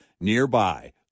nearby